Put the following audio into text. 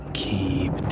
keep